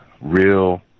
real